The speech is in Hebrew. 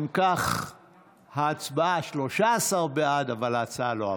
אם כך, ההצבעה: 13 בעד, אבל ההצעה לא עברה.